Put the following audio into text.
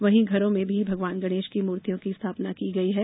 वहीं घरों में भी भगवान गणेश की मुर्तियों की स्थापना की गई है